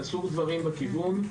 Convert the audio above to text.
נעשו דברים בכיוון.